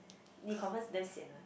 they confirms damn safe one